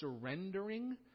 surrendering